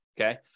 Okay